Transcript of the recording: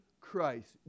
Christ